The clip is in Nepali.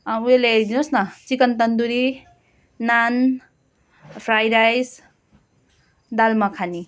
उयो ल्याइदिनु होस् न chicken tandoori naan fry rice dal makhani